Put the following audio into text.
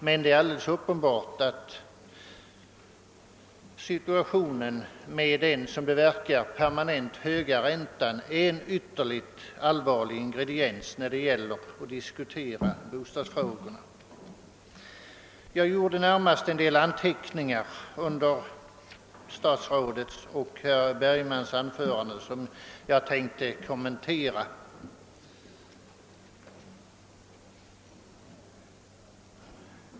Men det är alldeles uppenbart att situationen med den som det förefaller permanent höga räntan är en ytterligt allvarlig ingrediens när det gäller att diskutera bostadsfrågorna. Jag gjorde en del anteckningar under statsrådets och herr Bergmans anföranden som jag tänkte kommentera.